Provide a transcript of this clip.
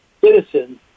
citizens